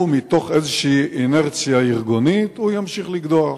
מתוך איזו אינרציה ארגונית, הוא ימשיך לקדוח.